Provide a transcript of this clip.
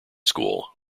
school